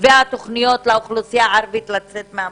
והתוכניות לאוכלוסייה הערבית לצאת מהמשבר.